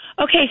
Okay